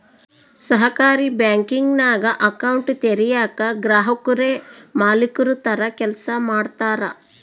ಸಹಕಾರಿ ಬ್ಯಾಂಕಿಂಗ್ನಾಗ ಅಕೌಂಟ್ ತೆರಯೇಕ ಗ್ರಾಹಕುರೇ ಮಾಲೀಕುರ ತರ ಕೆಲ್ಸ ಮಾಡ್ತಾರ